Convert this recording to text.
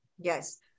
Yes